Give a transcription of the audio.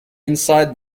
inside